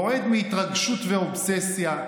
רועד מהתרגשות ואובססיה.